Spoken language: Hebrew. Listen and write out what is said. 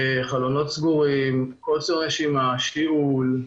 חלונות סגורים, קוצר נשימה, שיעול,